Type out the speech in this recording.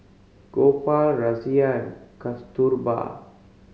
Gopal Razia and Kasturba